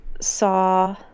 saw